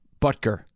Butker